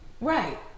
right